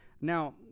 Now